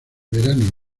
verano